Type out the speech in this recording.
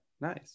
nice